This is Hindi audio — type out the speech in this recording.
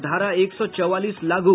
धारा एक सौ चौवालीस लागू